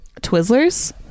twizzlers